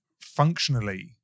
functionally